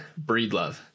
Breedlove